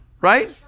right